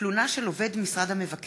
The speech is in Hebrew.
הגדרת תשלום דמי הפיקדון),